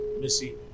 Missy